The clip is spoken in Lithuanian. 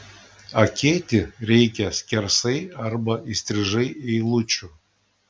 akėti reikia skersai arba įstrižai eilučių